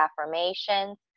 affirmations